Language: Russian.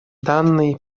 данный